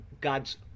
God's